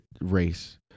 race